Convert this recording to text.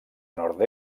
nord